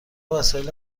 وسایل